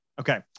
Okay